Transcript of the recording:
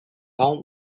town